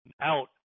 out